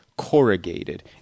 corrugated